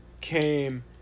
came